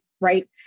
right